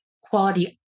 quality